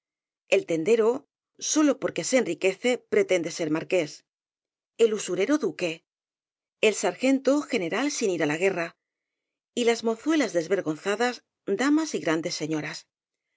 el tendero sólo porque se enriquece pretende ser marqués el usurero duque el sargento general sin ir á la guerra y las mozuelas desvergonzadas damas y grandes señoras